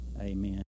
Amen